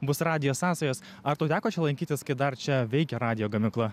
bus radijo sąsajos ar tau teko čia lankytis kai dar čia veikė radijo gamykla